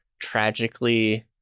Tragically